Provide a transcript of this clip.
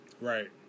Right